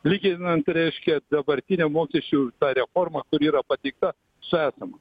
lyginant reiškia dabartinę mokesčių reformą kuri yra pateikta su esama